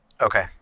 Okay